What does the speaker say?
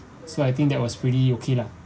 so I think that was pretty ok lah